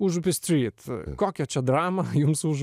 užupis street kokią čia dramą jums už